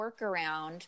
workaround